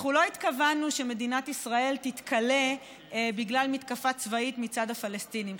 אנחנו לא התכוונו שמדינת ישראל תתכלה בגלל מתקפה צבאית מצד הפלסטינים,